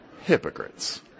Hypocrites